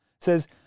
says